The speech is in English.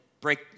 break